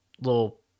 little